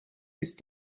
ist